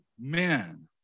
men